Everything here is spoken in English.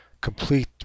complete